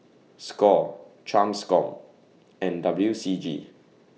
SCORE TRANSCOM and W C G